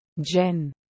Jen